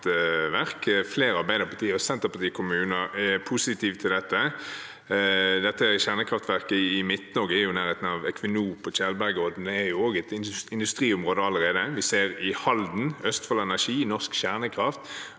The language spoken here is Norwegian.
Flere Arbeiderpartiog Senterparti-kommuner er positive til dette. Dette kjernekraftverket i Midt-Norge er i nærheten av Equinor på Tjeldbergodden – det er et industriområde allerede. Vi ser i Halden at Østfold Energi, Norsk Kjernekraft